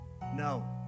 No